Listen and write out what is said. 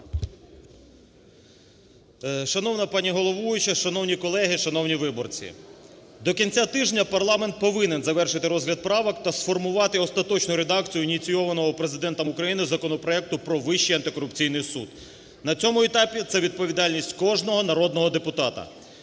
Шановна пані головуюча, шановні колеги, шановні виборці, до кінця тижня парламент повинен завершити розгляд правок та сформувати остаточну редакцію ініційованого Президентом України законопроекту про Вищий антикорупційний суд. На цьому етапі це відповідальність кожного народного депутата.